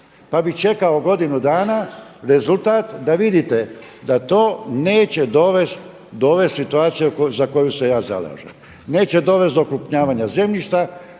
Pa bih čekao godinu dana rezultat da vidite da to neće dovesti do ove situacije za koju se ja zalažem. Neće dovesti do okrupnjavanja zemljišta